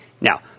Now